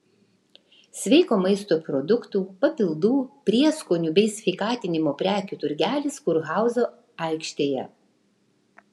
sveiko maisto produktų papildų prieskonių bei sveikatinimo prekių turgelis kurhauzo aikštėje